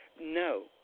No